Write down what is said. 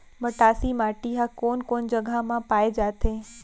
मटासी माटी हा कोन कोन जगह मा पाये जाथे?